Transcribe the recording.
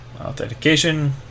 authentication